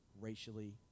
racially